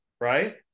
right